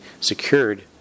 secured